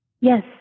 Yes